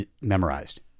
memorized